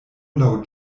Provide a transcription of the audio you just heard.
laŭ